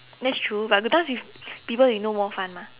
that's true but because if people you know more fun mah